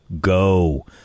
go